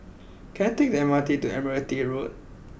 can I take the M R T to Admiralty Road